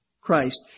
Christ